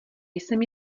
jsem